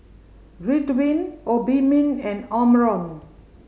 Ridwind Obimin and Omron